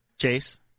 Chase